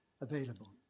available